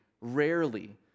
rarely